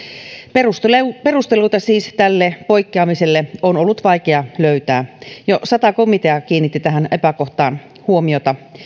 perusteluita perusteluita tälle poikkeamiselle on siis ollut vaikea löytää jo sata komitea kiinnitti tähän epäkohtaan huomiota